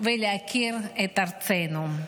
ולהכיר את ארצנו.